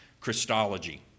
Christology